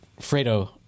Fredo